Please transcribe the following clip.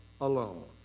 alone